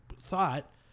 thought